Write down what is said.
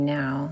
now